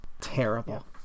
Terrible